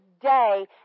today